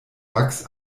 wachs